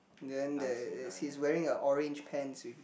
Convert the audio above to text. then there is he is wearing a orange pants with